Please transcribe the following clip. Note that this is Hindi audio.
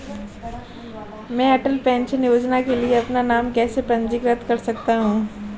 मैं अटल पेंशन योजना के लिए अपना नाम कैसे पंजीकृत कर सकता हूं?